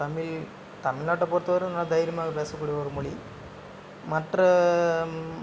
தமிழ் தமிழ்நாட்டை பொறுத்த வரையும் நல்ல தைரியமாக பேச கூடிய ஒரு மொழி மற்ற